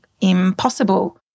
impossible